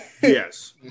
Yes